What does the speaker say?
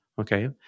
okay